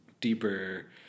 deeper